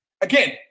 again